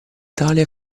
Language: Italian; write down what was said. italia